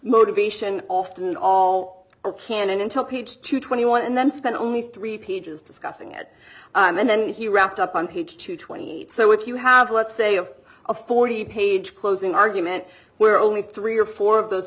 motivation often all the canon until peach to twenty one and then spent only three pages discussing it and then he wrapped up on page two twenty eight so if you have let's say of a forty page closing argument where only three or four of those